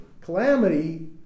Calamity